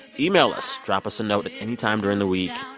email us, drop us a note at any time during the week.